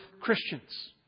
Christians